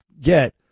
get